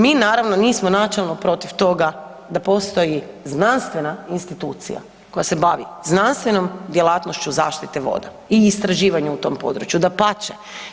Mi naravno nismo načelno protiv toga da postoji znanstvena institucija koja se bavi znanstvenom djelatnošću zaštite voda i istraživanja u tom području, dapače.